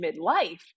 midlife